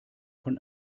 von